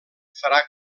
farà